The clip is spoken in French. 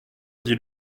dit